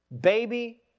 baby